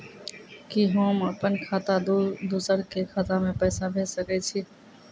कि होम अपन खाता सं दूसर के खाता मे पैसा भेज सकै छी?